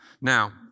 Now